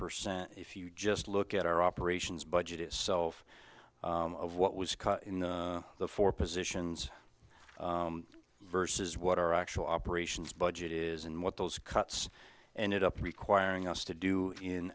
percent if you just look at our operations budget itself of what was in the four positions versus what our actual operations budget is and what those cuts and it up requiring us to do in